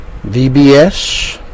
VBS